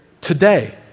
today